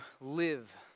live